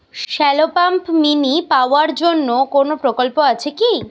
Shallow pump মিনি পাওয়ার জন্য কোনো প্রকল্প আছে কি?